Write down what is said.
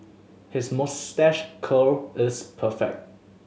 his moustache curl is perfect